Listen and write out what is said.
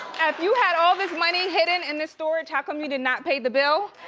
if you had all this money hidden in the storage, how come you did not pay the bill?